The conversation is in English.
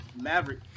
Maverick